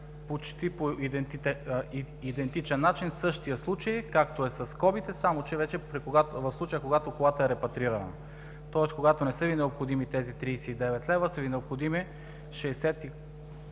почти по идентичен начин същия случай както е със скобите, само че вече в случая, когато колата е репатрирана, тоест, когато не са Ви необходими тези 39 лв., а са Ви необходими 60